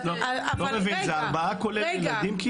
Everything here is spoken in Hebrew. אני לא מבין, זה ארבעה כולל הילדים?